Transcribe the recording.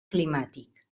climàtic